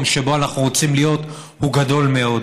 שבו אנחנו רוצים להיות הוא גדול מאוד.